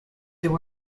there